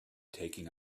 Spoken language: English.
taking